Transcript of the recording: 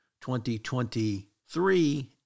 2023